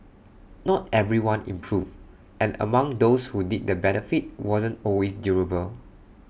not everyone improved and among those who did the benefit wasn't always durable